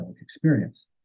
experience